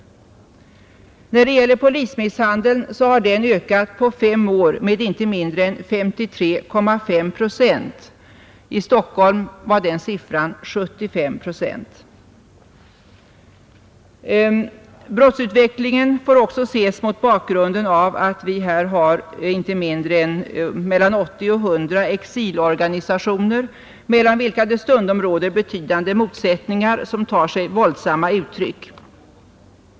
När det gäller polismisshandeln har den ökat på fem år med inte mindre än 53,5 procent; i Stockholm var den siffran 75 procent. Brottsutvecklingen får också ses mot bakgrunden av att vi i vårt land har inte mindre än 80 till 100 exilorganisationer, mellan vilka det stundom råder betydande motsättningar, som tar sig våldsamma uttryck.